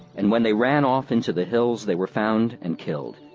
and when they ran off into the hills they were found and killed.